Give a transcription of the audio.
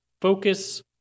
focus